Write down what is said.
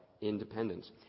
Independence